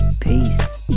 peace